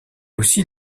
aussi